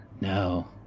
No